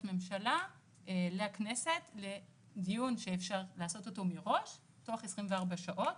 ממשלה לכנסת לדיון שאפשר לעשות אותו מראש תוך 24 שעות.